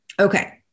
okay